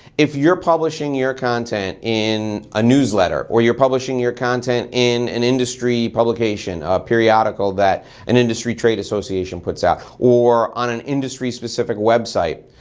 if you're publishing your content in a newsletter or you're publishing your content in an industry publication a periodical that an industry trade association puts out or on an industry-specific website,